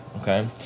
okay